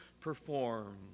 perform